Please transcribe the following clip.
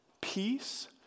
peace